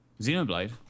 Xenoblade